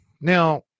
Now